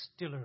stillers